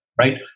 right